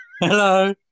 Hello